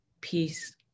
peace